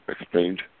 explained